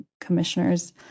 commissioners